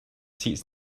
seats